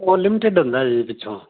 ਓ limited ਹੁੰਦਾ ਜੀ ਪਿੱਛੋਂ